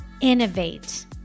innovate